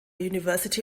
university